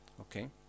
okay